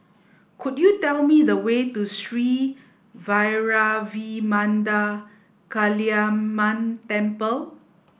could you tell me the way to Sri Vairavimada Kaliamman Temple